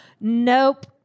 nope